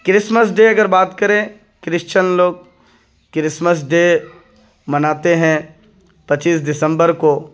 Christmas day اگر بات کریں کرسچن لوگ کرسمس ڈے مناتے ہیں پچیس دسمبر کو